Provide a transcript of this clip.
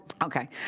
Okay